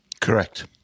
Correct